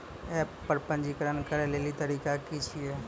App पर पंजीकरण करै लेली तरीका की छियै?